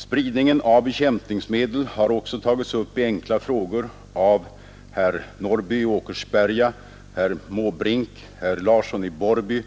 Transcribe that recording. Spridningen av bekämpningsmedel har också tagits upp i enkla frågor av herr Norrby i Åkersberga, herr Måbrink, herr Larsson i Borrby,